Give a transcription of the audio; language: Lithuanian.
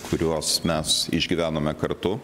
kuriuos mes išgyvenome kartu